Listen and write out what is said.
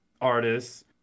artists